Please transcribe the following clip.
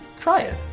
try it!